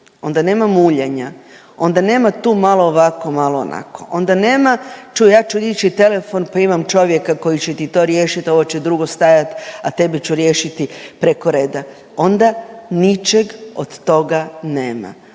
onda nema muljanja, onda nema tu malo ovako malo onako, onda nema čuj ja ću dići telefon pa imam čovjeka koji će ti to riješit ovo će drugo stajat, a tebi ću riješiti preko reda, onda ničeg od toga nema.